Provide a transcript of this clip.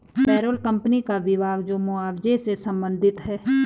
payroll company का विभाग जो मुआवजे से संबंधित है